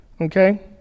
Okay